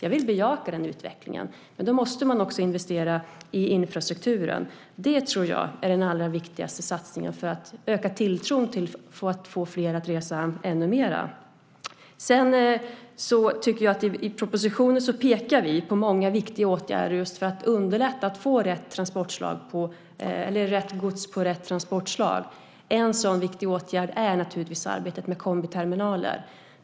Jag vill bejaka den utvecklingen. Men då måste man också investera i infrastrukturen. Det tror jag är den allra viktigaste satsningen för att öka tilltron och få fler att resa ännu mer. I propositionen pekar vi på många viktiga åtgärder för att underlätta att få rätt gods på rätt transportslag. En sådan viktig åtgärd är naturligtvis arbetet med kombiterminaler.